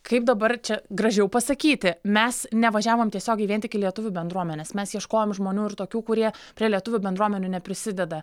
kaip dabar čia gražiau pasakyti mes nevažiavom tiesiogiai vien tik į lietuvių bendruomenes mes ieškojom žmonių ir tokių kurie prie lietuvių bendruomenių neprisideda